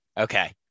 Okay